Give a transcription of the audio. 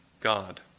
God